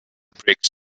breaks